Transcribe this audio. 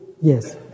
yes